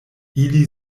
ili